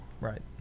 right